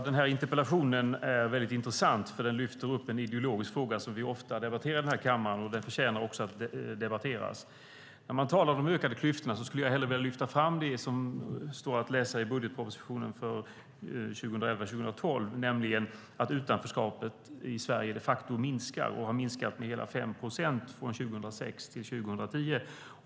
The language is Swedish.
Fru talman! Interpellationen är intressant, för den lyfter upp en ideologisk fråga som vi ofta debatterar i den här kammaren. Den förtjänar också att debatteras. När man talar om de ökade klyftorna skulle jag hellre vilja lyfta fram det som står att läsa i budgetpropositionen för 2011/12, nämligen att utanförskapet i Sverige de facto minskar och har minskat med hela 5 procent från 2006 till 2010.